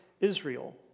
Israel